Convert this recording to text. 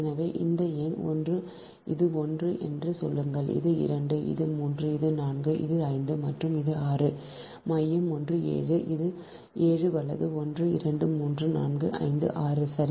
எனவே இந்த எண் ஒன்று இது 1 என்று சொல்லுங்கள் இது 2 இது 3 இது 4 இது 5 மற்றும் இது 6 மையம் ஒன்று 7 இது 7 வலது 1 2 3 4 5 6 சரி